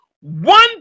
one